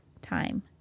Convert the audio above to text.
time